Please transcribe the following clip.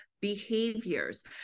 behaviors